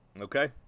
Okay